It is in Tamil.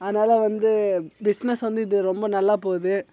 அதனால் வந்து பிஸ்னஸ் வந்து இது ரொம்ப நல்லா போகுது